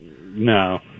No